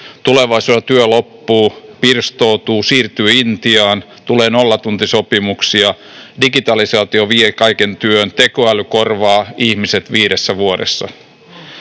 tulevaisuudessa työ loppuu, pirstoutuu, siirtyy Intiaan, tulee nollatuntisopimuksia, digitalisaatio vie kaiken työn, tekoäly korvaa ihmiset viidessä vuodessa.